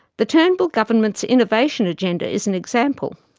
the turnbull government's innovation agenda is an example.